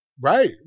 Right